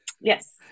Yes